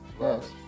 Yes